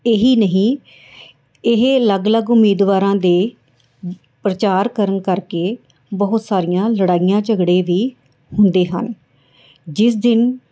ਇਹੀ ਨਹੀਂ ਇਹ ਅਲੱਗ ਅਲੱਗ ਉਮੀਦਵਾਰਾਂ ਦੇ ਪ੍ਰਚਾਰ ਕਰਨ ਕਰਕੇ ਬਹੁਤ ਸਾਰੀਆਂ ਲੜਾਈਆਂ ਝਗੜੇ ਵੀ ਹੁੰਦੇ ਹਨ ਜਿਸ ਦਿਨ